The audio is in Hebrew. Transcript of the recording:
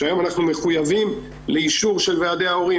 שהיום אנחנו מחויבים לאישור של ועדי ההורים